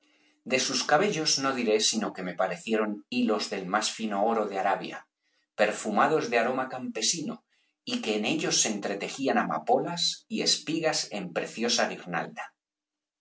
de sus cabellos no diré sino que me parecieron hilos del más fino oro de arabia perfumados de aroma campesino y que en ellos se entretejían amapolas y espigas en preciosa